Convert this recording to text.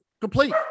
complete